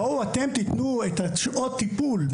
בואו אתם תתנו את שעות הטיפול,